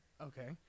Okay